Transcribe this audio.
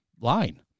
line